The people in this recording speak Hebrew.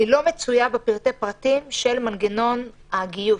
אני לא מצויה בפרטי הפרטים של מנגנון הגיוס.